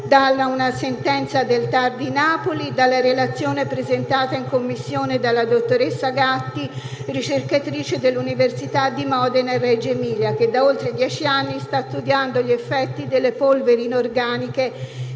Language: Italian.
da una sentenza del TAR di Napoli e dalla relazione presentata in Commissione dalla dottoressa Gatti, ricercatrice dell'Università degli studi di Modena e Reggio Emilia, che da oltre dieci anni sta studiando gli effetti delle polveri inorganiche